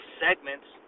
segments